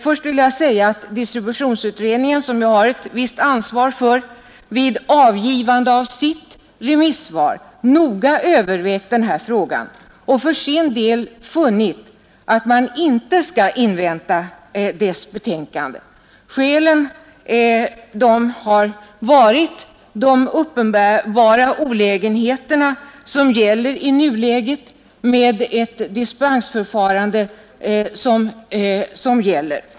Först vill jag säga att distributionsutredningen, som jag har ett visst ansvar för, vid utarbetandet av sitt remissvar noga övervägt denna fråga och för sin del funnit, att man inte skall invänta dess betänkande. Skälen har varit de uppenbara olägenheterna i nuläget med gällande dispensförfarande.